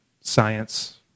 science